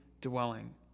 dwelling